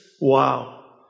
wow